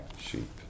sheep